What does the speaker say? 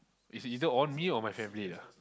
is either on me or my family lah